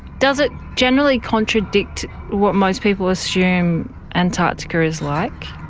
does it generally contradict what most people assume antarctica is like?